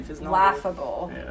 laughable